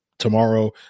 tomorrow